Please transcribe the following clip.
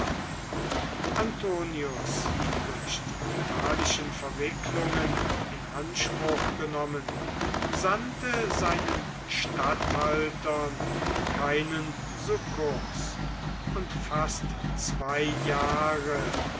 antonius durch die italischen verwicklungen in anspruch genommen sandte seinen statthaltern keinen sukkurs und fast zwei jahre